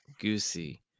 goosey